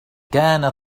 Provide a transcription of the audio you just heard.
كانت